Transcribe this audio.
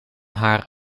haar